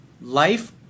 Life